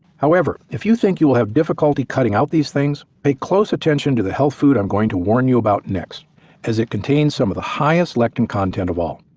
however, if you think you will have difficulty cutting out these things, pay close attention to the health food i'm going to warn you about next as it contains some of the highest lectin content of all.